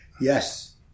Yes